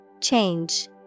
Change